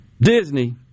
Disney